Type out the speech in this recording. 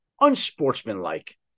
unsportsmanlike